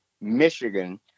Michigan